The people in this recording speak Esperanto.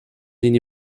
nin